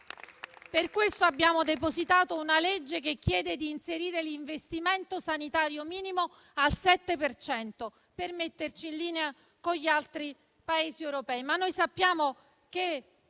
Per questo abbiamo depositato una legge che chiede di inserire l'investimento sanitario minimo al 7 per cento, per metterci in linea con gli altri Paesi europei.